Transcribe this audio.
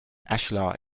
ashlar